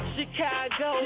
Chicago